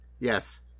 Yes